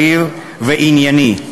מהיר וענייני,